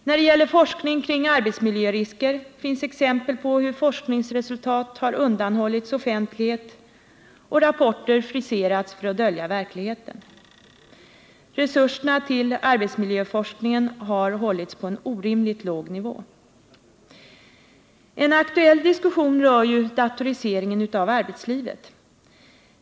När det gäller forskning kring arbetsmiljörisker finns exempel på hur forskningsresultat har undanhållits offentlighet och rapporter friserats för att dölja verkligheten. Resurserna till arbetsmiljöforskning har hållits på en orimligt låg nivå. En aktuell diskussion rör datoriseringen av arbetslivet.